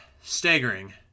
staggering